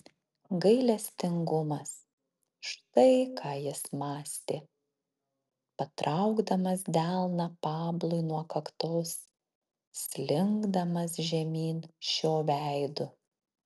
gailestingumas štai ką jis mąstė patraukdamas delną pablui nuo kaktos slinkdamas žemyn šio veidu